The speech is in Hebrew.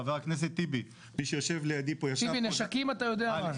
ח"כ טיבי --- טיבי נשקים אתה יודע מה זה,